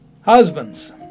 Husbands